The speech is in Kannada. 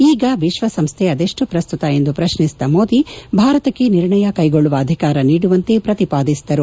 ಈಗ ವಿಶ್ವಸಂಸ್ಥೆ ಅದೆಷ್ಟು ಪ್ರಸ್ತುತ ಎಂದು ಪ್ರಶ್ನಿಸಿದ ಮೋದಿ ಭಾರತಕ್ಷೆ ನಿರ್ಣಯ ಕೈಗೊಳ್ಳುವ ಅಧಿಕಾರ ನೀಡುವಂತೆ ಶ್ರತಿಪಾದಿಸಿದರು